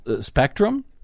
spectrum